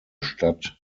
stadt